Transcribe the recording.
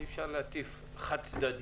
אי-אפשר להטיף חד-צדדי.